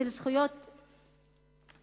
של זכויות בני-אדם.